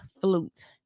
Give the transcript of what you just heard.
flute